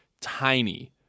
tiny